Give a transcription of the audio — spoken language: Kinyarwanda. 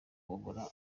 babura